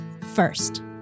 first